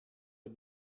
der